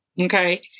Okay